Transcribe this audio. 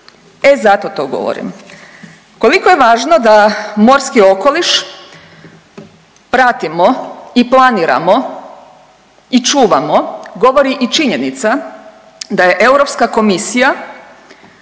E zato to govorim. Koliko je važno da morski okoliš pratimo i planiramo i čuvamo govori i činjenica da je Europska komisija